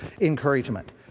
encouragement